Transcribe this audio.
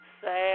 Sad